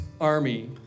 army